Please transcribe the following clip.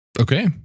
Okay